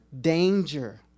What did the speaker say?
danger